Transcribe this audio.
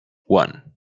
one